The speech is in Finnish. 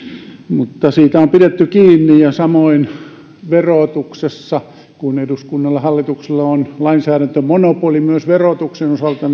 mutta siitä on pidetty kiinni samoin verotuksessa kun eduskunnalla ja hallituksella on lainsäädäntömonopoli myös verotuksen osalta